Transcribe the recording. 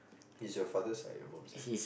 is your father side or mom's side